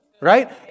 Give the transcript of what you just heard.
right